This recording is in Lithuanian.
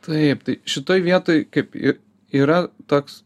taip tai šitoj vietoj kaip ir yra toks